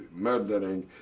murdering,